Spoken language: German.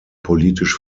politisch